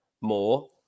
more